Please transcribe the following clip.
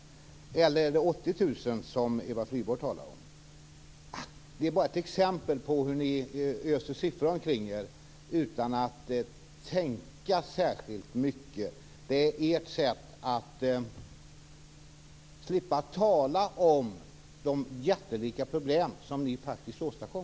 Eller är det 80 000, som Eva Flyborg talar om? Det här är bara ett exempel på hur ni öser siffror omkring er utan att tänka särskilt mycket. Det är ert sätt att slippa tala om de jättelika problem som ni faktiskt åstadkom.